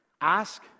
Ask